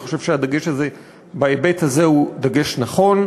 אני חושב שהדגש הזה בהיבט הזה הוא דגש נכון.